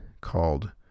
Called